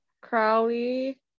Crowley